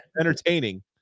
Entertaining